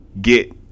get